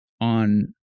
on